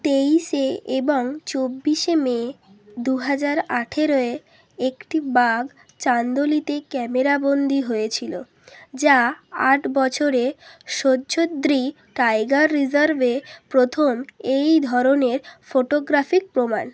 তেইশে এবং চব্বিশে মে দু হাজার আঠেরোয় একটি বাঘ চান্দোলিতে ক্যামেরাবন্দী হয়েছিল যা আট বছরে সহ্যাদ্রি টাইগার রিজার্ভে প্রথম এই ধরনের ফটোগ্রাফিক প্রমাণ